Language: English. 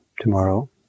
tomorrow